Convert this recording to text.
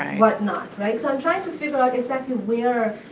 whatnot, right? so i'm trying to figure out exactly where,